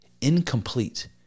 incomplete